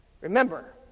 remember